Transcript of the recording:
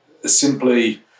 simply